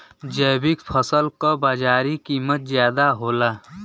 जैविक फसल क बाजारी कीमत ज्यादा होला